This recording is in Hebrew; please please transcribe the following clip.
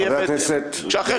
בהתאם.